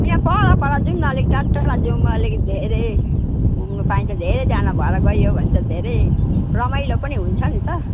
होइन पर पर जाऊँ न अलिक टाढटाढा जाऊँ अलिकति धेरै घुम्नु पाइन्छ धेरैजना भएर गइयो भने त धेरै रमाइलो पनि हुन्छ नि त